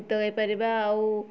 ଗୀତ ଗାଇପାରିବା ଆଉ